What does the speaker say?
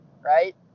right